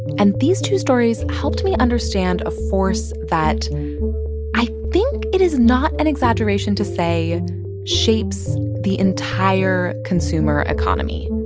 and these two stories helped me understand a force that i think it is not an exaggeration to say shapes the entire consumer economy.